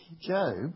Job